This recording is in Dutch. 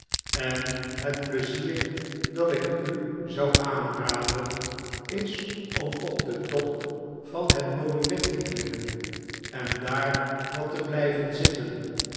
en het pleizier dat ik u zou aanraden is om op den top van het monument teklimmen en daar wat te blijven zitten